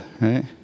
right